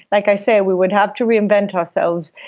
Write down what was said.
like i say, we would have to reinvent ourselves,